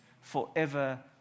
forever